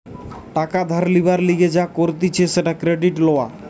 টাকা ধার লিবার লিগে যা করতিছে সেটা ক্রেডিট লওয়া